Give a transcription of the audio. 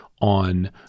on